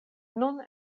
nun